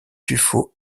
tuffeau